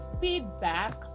feedback